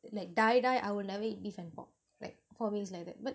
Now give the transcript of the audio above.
like die die I will never eat beef and pork like for me is like that but